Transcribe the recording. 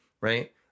right